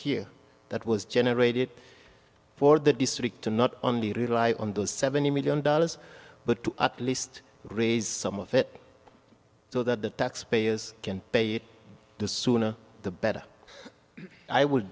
here that was generated for the district to not only rely on those seventy million dollars but to at least raise some of it so that the taxpayers can pay it the sooner the better i w